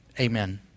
Amen